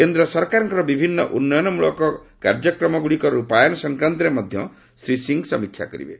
କେନ୍ଦ୍ର ସରକାରଙ୍କର ବିଭିନ୍ନ ଉନ୍ନୟନ ମୂଳକ କାର୍ଯ୍ୟକ୍ରମଗୁଡ଼ିକର ରୂପାୟନ ସଂକ୍ରାନ୍ତରେ ମଧ୍ୟ ଶ୍ରୀ ସିଂ ସମୀକ୍ଷା କରିବେ